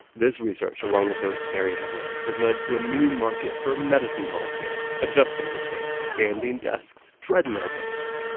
this research, along with those scary headlines, has led to a new market for medicine ball chairs, adjustable chairs, standing desks, treadmill desks.